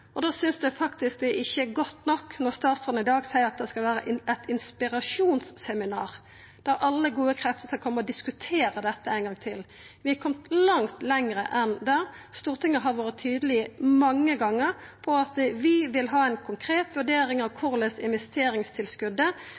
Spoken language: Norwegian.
synest eg faktisk ikkje det er godt nok når statsråden i dag seier at det skal vera eit inspirasjonsseminar, der alle gode krefter skal koma og diskutera dette ein gong til. Vi har kome mykje lenger enn det. Stortinget har vore tydeleg mange gonger på at vi vil ha ei konkret vurdering av korleis